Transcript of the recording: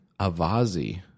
Avazi